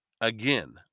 again